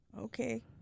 Okay